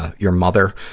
ah your mother,